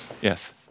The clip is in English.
Yes